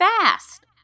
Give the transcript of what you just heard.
fast